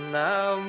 now